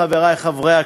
חברי חברי הכנסת,